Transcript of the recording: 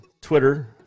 Twitter